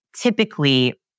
typically